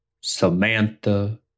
Samantha